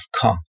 come